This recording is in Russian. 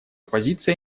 позиция